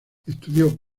estudió